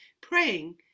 praying